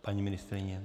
Paní ministryně?